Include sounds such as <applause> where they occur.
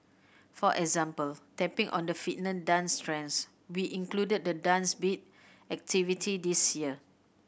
for example tapping on the <unintelligible> dance trends we included the Dance Beat activity this year